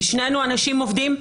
ושנינו אנשים עובדים,